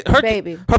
baby